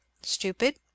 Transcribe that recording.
Stupid